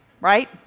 right